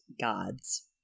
gods